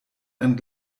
ein